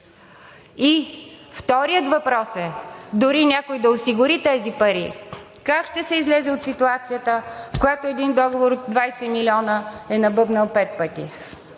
И вторият въпрос е: дори някой да осигури тези пари, как ще се излезе от ситуацията, в която един договор от 20 милиона е набъбнал пет пъти?